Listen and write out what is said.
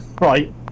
right